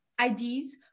ideas